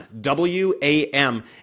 W-A-M